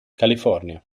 california